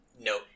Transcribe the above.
no